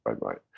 right